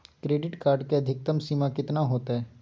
Credit card के अधिकतम सीमा कितना होते?